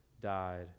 died